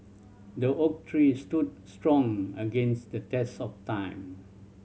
the oak tree stood strong against the test of time